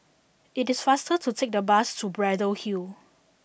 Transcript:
it is faster to take the bus to Braddell Hill